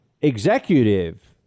executive